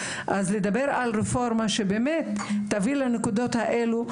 אז לדבר על רפורמה שבאמת תביא לנקודות האלה,